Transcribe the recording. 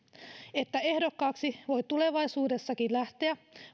että ehdokkaaksi voi tulevaisuudessakin lähteä